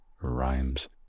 rhymes